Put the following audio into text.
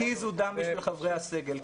הקיזו דם בשביל חברי הסגל.